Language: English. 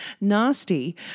Nasty